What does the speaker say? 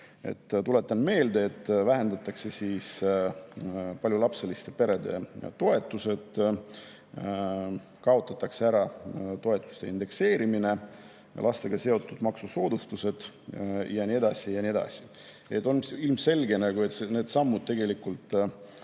Tuletan meelde, et vähendatakse paljulapseliste perede toetusi, kaotatakse ära toetuste indekseerimine, lastega seotud maksusoodustused ja nii edasi. On ilmselge, et need sammud ei lisa